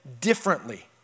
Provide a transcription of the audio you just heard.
differently